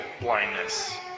blindness